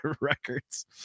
records